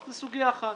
זו סוגיה אחת.